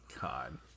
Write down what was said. God